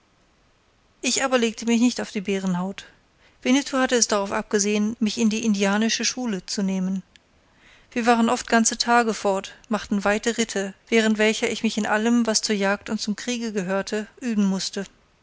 ich aber legte mich nicht auf die bärenhaut winnetou hatte es darauf abgesehen mich in die indianische schule zu nehmen wir waren oft ganze tage fort machten weite ritte während welcher ich mich in allem was zur jagd und zum kriege gehörte üben mußte